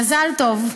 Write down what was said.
מזל טוב.